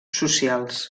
socials